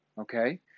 Okay